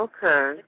Okay